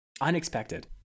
unexpected